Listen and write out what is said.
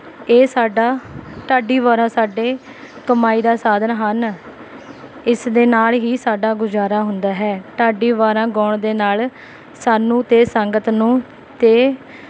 ਇਹ ਸਾਡਾ ਢਾਡੀ ਵਾਰਾਂ ਸਾਡੇ ਕਮਾਈ ਦਾ ਸਾਧਨ ਹਨ ਇਸਦੇ ਨਾਲ ਹੀ ਸਾਡਾ ਗੁਜ਼ਾਰਾ ਹੁੰਦਾ ਹੈ ਢਾਡੀ ਵਾਰਾਂ ਗਾਉਣ ਦੇ ਨਾਲ ਸਾਨੂੰ ਅਤੇ ਸੰਗਤ ਨੂੰ ਅਤੇ